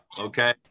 okay